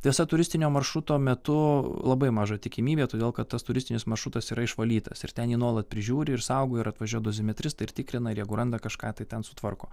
tiesa turistinio maršruto metu labai maža tikimybė todėl kad tas turistinis maršrutas yra išvalytas ir ten jį nuolat prižiūri ir saugo ir atvažiuoja dozimetristai ir tikrina ir jeigu randa kažką tai ten sutvarko